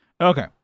Okay